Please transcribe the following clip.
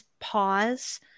pause